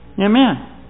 Amen